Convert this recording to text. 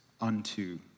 unto